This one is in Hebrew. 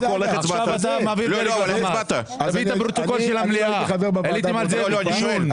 לא הייתי חבר בוועדה, לא הייתה לי זכות הצבעה.